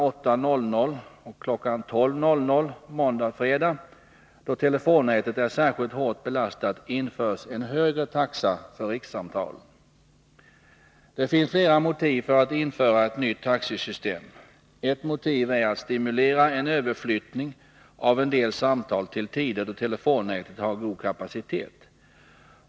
08.00 och 12.00 måndag-fredag, då telefonnätet är särskilt hårt belastat, införs en högre taxa för rikssamtalen. Det finns flera motiv för att införa ett nytt taxesystem. Ett motiv är att stimulera en överflyttning av en del samtal till tider då telefonnätet har god kapacitet.